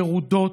ירודות.